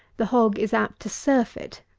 the hog is apt to surfeit,